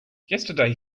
yesterday